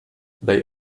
they